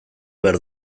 behar